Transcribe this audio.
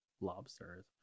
lobsters